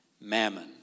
mammon